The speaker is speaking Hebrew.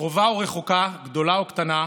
קרובה או רחוקה, גדולה או קטנה,